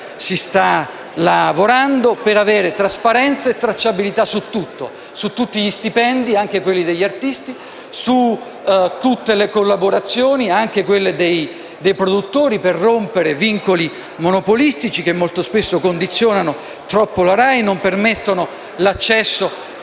si sta lavorando, per avere trasparenza e tracciabilità su tutto, su tutti gli stupendi (anche quelli degli artisti), su tutte le collaborazioni (anche quelle dei produttori), per rompere vincoli monopolistici che molto spesso condizionano troppo la RAI e non permettono l'accesso